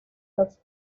los